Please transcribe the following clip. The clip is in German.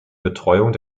betreuung